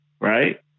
Right